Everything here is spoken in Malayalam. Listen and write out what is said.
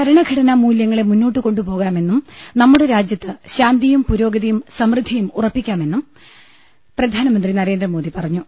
ഭരണഘടനാ മൂല്യങ്ങളെ മുന്നോട്ട് കൊണ്ടുപോകാമെന്നും നമ്മുടെ രാജ്യത്ത് ശാന്തിയും പുരോഗതിയും സമൃദ്ധിയും ഉറപ്പാക്കാമെന്നും പ്രധാ നമന്ത്രി നരേന്ദ്രമോദി പറഞ്ഞു